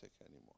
anymore